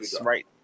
right